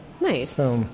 Nice